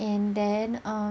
and then uh